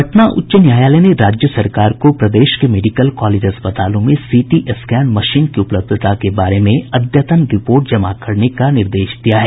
पटना उच्च न्यायालय ने राज्य सरकार को प्रदेश के मेडिकल कॉलेज अस्पतालों में सीटी स्कैन मशीन की उपलब्धता के बारे में अद्यतन रिपोर्ट जमा करने का निर्देश दिया है